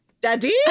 daddy